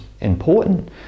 important